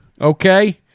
Okay